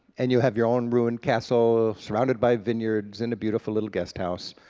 and you have your own ruined castle surrounded by vineyards in a beautiful little guest house,